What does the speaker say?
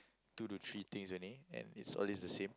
two to three things only and is always the same